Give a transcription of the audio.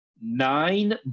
nine